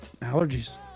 allergies